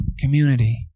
community